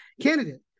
candidate